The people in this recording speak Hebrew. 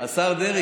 השר דרעי,